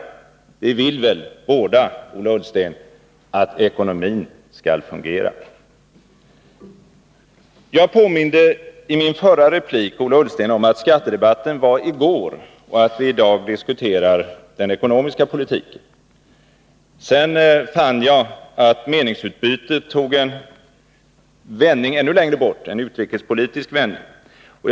Och vi vill väl båda, Ola Ullsten, att ekonomin skall fungera? I min förra replik påminde jag Ola Ullsten om att skattedebatten hölls i går och att vi i dag diskuterar den ekonomiska politiken. Sedan fann jag att meningsutbytet tog en vändning ännu längre bort — en utrikespolitisk vändning.